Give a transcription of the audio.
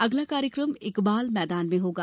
अगला कार्यक्रम इकबाल मैदान में होगा